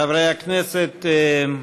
חברי הכנסת,